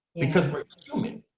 because we're human.